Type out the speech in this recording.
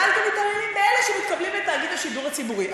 ואז גם מתעללים באלה שמתקבלים לתאגיד השידור הציבורי.